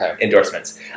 endorsements